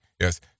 yes